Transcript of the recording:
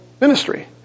ministry